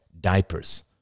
diapers